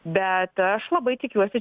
bet aš labai tikiuosi